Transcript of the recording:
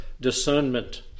discernment